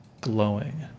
glowing